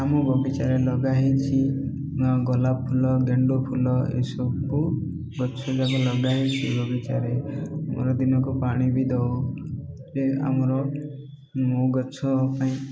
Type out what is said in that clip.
ଆମ ବଗିଚାରେ ଲଗା ହେଇଛି ଗୋଲାପ ଫୁଲ ଗେଣ୍ଡୁ ଫୁଲ ଏସବୁ ଗଛ ଯାକ ଲଗାହେଇଛି ବଗିଚାରେ ଆମର ଦିନକୁ ପାଣି ବି ଦଉ ଯେ ଆମର ମୋ ଗଛ ପାଇଁ